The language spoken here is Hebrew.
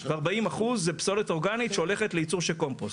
ו-40$ זה פסולת אורגנית שהולכת לייצור של קומפוסט.